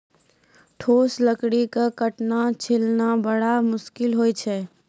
ठोस लकड़ी क काटना, चीरना बड़ा मुसकिल होय छै